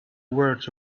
words